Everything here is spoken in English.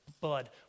blood